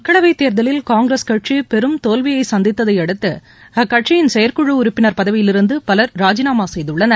மக்களவைத் தேர்தலில் காங்கிரஸ் கட்சி பெரும் தோல்வியை சந்தித்ததை அடுத்து அக்கட்சியின் செயற்குழு உறுப்பினர் பதவியிலிருந்து பலர் ராஜினாமா செய்துள்ளனர்